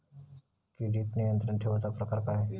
किडिक नियंत्रण ठेवुचा प्रकार काय?